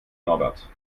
norbert